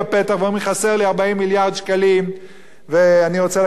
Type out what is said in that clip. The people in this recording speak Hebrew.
מיליארד שקלים ואני רוצה לקחת את זה שוב מהעניים,